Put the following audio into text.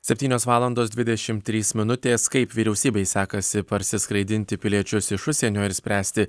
septynios valandos dvidešimt trys minutės kaip vyriausybei sekasi parsiskraidinti piliečius iš užsienio ir spręsti